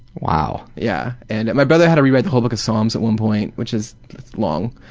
wow. yeah. and my brother had to rewrite the whole book of psalms at one point which is it's long.